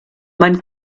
man